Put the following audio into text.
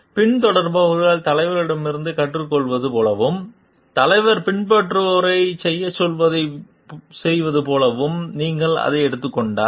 பின்தொடர்பவர்கள் தலைவர்களிடமிருந்து கற்றுக்கொள்வது போலவும் தலைவர் பின்பற்றுபவரைச் செய்யச் சொல்வதைச் செய்வது போலவும் நீங்கள் அதை எடுத்துக் கொண்டால்